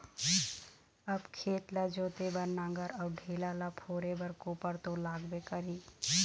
अब खेत ल जोते बर नांगर अउ ढेला ल फोरे बर कोपर तो लागबे करही